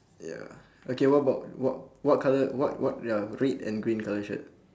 ya okay what about what what colour what what ya red and green colour shirt